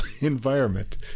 environment